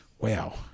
wow